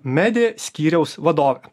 media skyriaus vadovė